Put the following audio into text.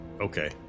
Okay